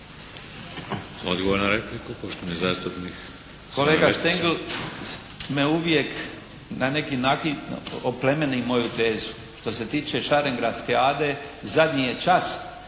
Letica. **Letica, Slaven (Nezavisni)** Kolega Štengl me uvijek na neki način oplemeni moju tezu. Što se tiče Šarengradske Ade zadnji je čas